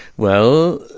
well,